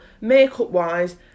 makeup-wise